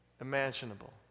imaginable